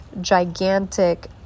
gigantic